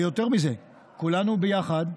ויותר מזה, כולנו ביחד,